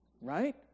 right